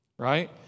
Right